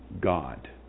God